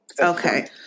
Okay